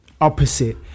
opposite